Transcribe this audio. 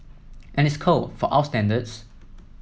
and it's cold for our standards